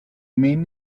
mean